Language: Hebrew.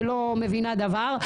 כאשר אנחנו מבינים שאני לא היושבת ראש,